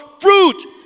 fruit